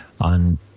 on